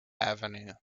avenue